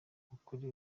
ukuri